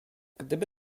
gdyby